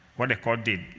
what the court did,